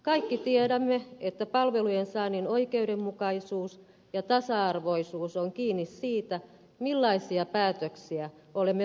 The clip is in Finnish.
kaikki tiedämme että palvelujen saannin oikeudenmukaisuus ja tasa arvoisuus on kiinni siitä millaisia päätöksiä olemme valmiita tekemään